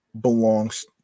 belongs